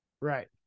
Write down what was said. Right